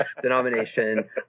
denomination